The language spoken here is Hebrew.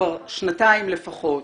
כבר שנתיים לפחות,